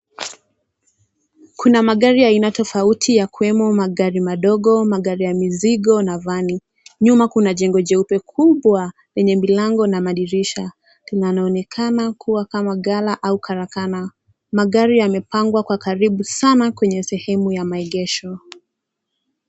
Kuna magari ya aina tofauti yakiwemo magari madogo, magari ya mizigo na vani. Nyuma kuna jengo jeupe kubwa lenye milango na madirisha yanaonekana kuwa kama gala au karakana. Magari yamepangwa kwa karibu sana kwenye sehemu ya maegesho.